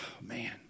man